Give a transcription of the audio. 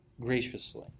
graciously